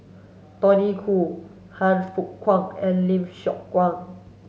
Tony Khoo Han Fook Kwang and Lim Siong Guan